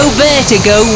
vertigo